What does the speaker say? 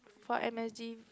for M_S_G